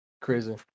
Crazy